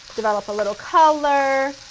develop a little color,